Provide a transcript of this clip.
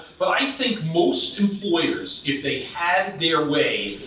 but i think most employers, if they had their way,